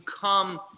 come